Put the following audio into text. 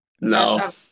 No